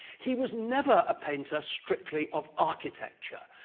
he was never a painter strictly of architecture,